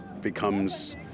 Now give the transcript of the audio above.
becomes